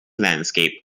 landscape